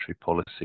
policy